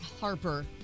Harper